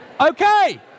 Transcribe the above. Okay